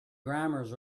grammars